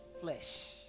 flesh